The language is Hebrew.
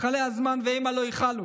יכלה הזמן והמה לא יכלו.